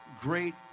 great